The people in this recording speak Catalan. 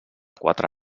quatre